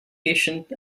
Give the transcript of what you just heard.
patient